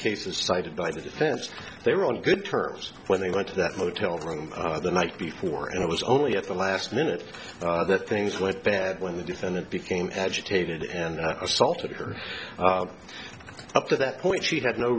cases cited by defense they were on good terms when they got to that motel room the night before and it was only at the last minute that things went bad when the defendant became agitated and assaulted her up to that point she had no